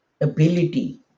ability